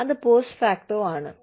അത് post facto ആണ്